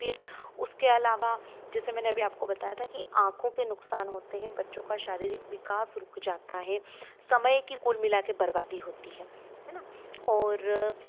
फिर उसके अलावा जैसे मैंने अभी आपको बताया था कि आँखों के नुकसान होते है बच्चों का शारीरिक विकास रुक जाता है समय की कुल मिला कर बर्बादी होती है है न और